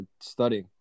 studying